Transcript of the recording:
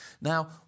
Now